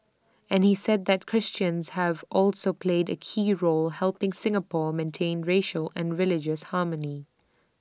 and he said that Christians have also played A key role helping Singapore maintain racial and religious harmony